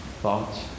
Thoughts